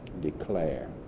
declare